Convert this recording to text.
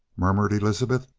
murmured elizabeth.